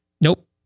Nope